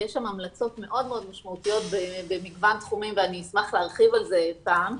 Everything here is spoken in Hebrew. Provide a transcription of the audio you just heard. ויש שם המלצות מאוד משמעותיות במגוון תחומים ואשמח להרחיב על זה פעם,